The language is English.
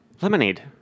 lemonade